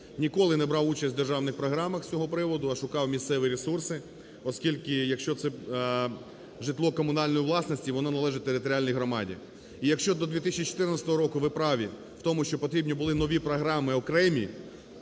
Ніколи не брав участь у державних програмах з цього приводу, а шукав місцеві ресурси, оскільки якщо це житло комунальної власності, воно належить територіальній громаді. І якщо до 2014 року, ви праві в тому, що потрібні були нові програми окремі,